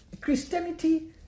Christianity